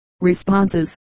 responses